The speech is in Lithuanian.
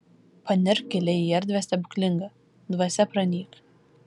panirk giliai į erdvę stebuklingą dvasia pranyk